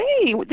hey